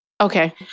Okay